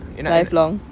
என்ன:enna